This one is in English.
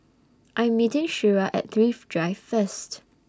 I'm meeting Shira At Thrift Drive First